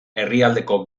herrialdeko